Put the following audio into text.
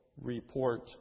report